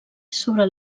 sobre